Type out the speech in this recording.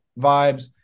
vibes